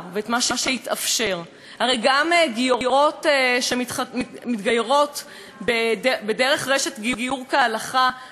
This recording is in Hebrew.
הרי גם גיורות שמתגיירות דרך רשת "גיור כהלכה" תמצאנה את עצמן בחוץ.